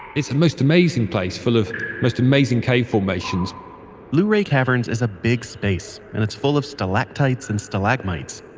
it's the and most amazing place full of most amazing cave formations luray caverns is a big space and it's full of stalactites and stalagmites.